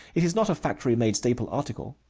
it is not a factory-made staple article,